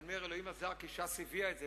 אני אומר "אלוהים עזר" כי ש"ס הביאה את זה,